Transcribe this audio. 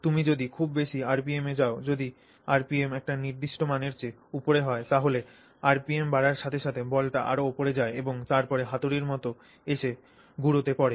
তুমি যদি খুব বেশি আরপিএম এ যাও যদি আরপিএম একটি নির্দিষ্ট মানের চেয়ে উপরে হয় তারপর আরপিএম বাড়ার সাথে সাথে বলটি আরও ওপরে যায় এবং তারপরে হাতুড়ির মত নীচে এসে গুঁড়োতে পড়ে